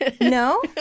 No